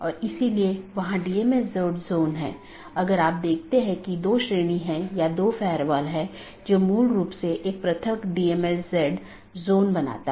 जैसे अगर मै कहूं कि पैकेट न 1 को ऑटॉनमस सिस्टम 6 8 9 10 या 6 8 9 12 और उसके बाद गंतव्य स्थान पर पहुँचना चाहिए तो यह ऑटॉनमस सिस्टम का एक क्रमिक सेट है